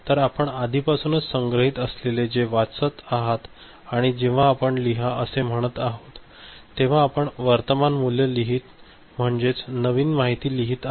तर आपण आधीपासूनच संग्रहित असलेले जे वाचत आहात आणि जेव्हा आपण लिहा असे म्हणत आहोत तेव्हा आपण वर्तमान मूल्य लिहित म्हणजेच नवीन माहिती लिहित आहोत